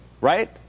right